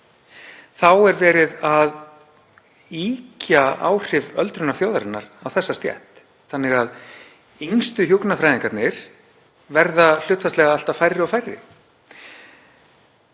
Þá er verið að ýkja áhrif öldrunar þjóðarinnar á þessa stétt þannig að yngstu hjúkrunarfræðingarnir verða hlutfallslega alltaf færri. Hvernig